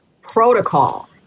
protocol